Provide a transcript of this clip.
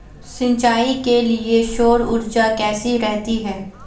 सिंचाई के लिए सौर ऊर्जा कैसी रहती है?